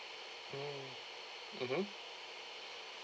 mm mmhmm